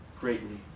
greatly